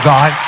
God